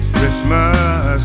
Christmas